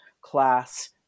class